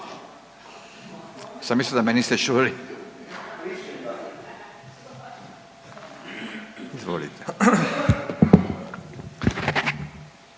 sam mislio da me niste čuli. Izvolite.